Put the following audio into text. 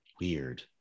Weird